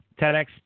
TEDx